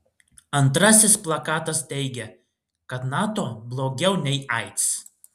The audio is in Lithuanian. antrasis plakatas teigė kad nato blogiau nei aids